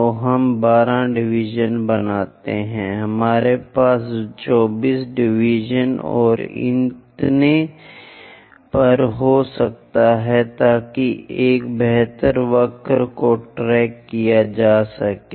तो हम 12 डिवीजन बनाते हैं हमारे पास 24 डिवीजन और इतने पर हो सकते हैं ताकि एक बेहतर वक्र को ट्रैक किया जा सके